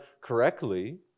correctly